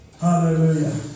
Hallelujah